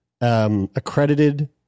accredited